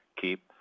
keep